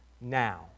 now